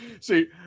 see